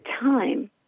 time